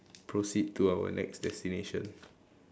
proceed to our next destination